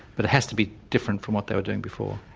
but it has to be different from what they were doing before.